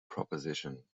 proposition